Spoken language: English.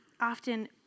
often